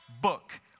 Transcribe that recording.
book